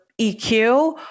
EQ